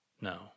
no